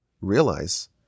realize